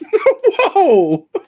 Whoa